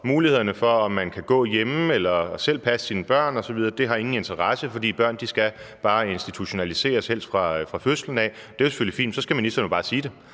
mulighederne er for, om man kan gå hjemme eller selv passe sine børn osv., har ingen interesse, fordi børn bare skal institutionaliseres helst fra fødslen af. Det er selvfølgelig fint, men så skal ministeren jo bare sige det.